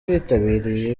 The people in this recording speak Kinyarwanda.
bitabiriye